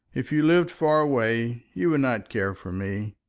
if you lived far away you would not care for me.